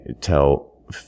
tell